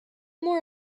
more